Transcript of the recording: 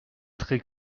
très